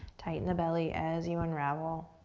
tighten the belly as you unravel,